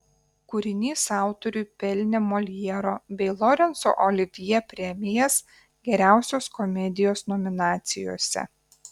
kūrinys autoriui pelnė moljero bei lorenco olivjė premijas geriausios komedijos nominacijose